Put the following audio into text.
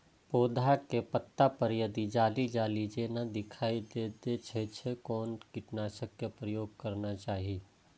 पोधा के पत्ता पर यदि जाली जाली जेना दिखाई दै छै छै कोन कीटनाशक के प्रयोग करना चाही?